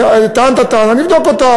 טענת טענה, נבדוק אותה.